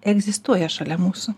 egzistuoja šalia mūsų